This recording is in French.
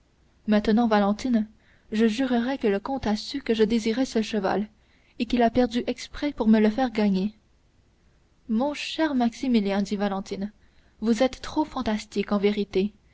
maintenant valentine je jurerais que le comte a su que je désirais ce cheval et qu'il a perdu exprès pour me le faire gagner mon cher maximilien dit valentine vous êtes trop fantastique en vérité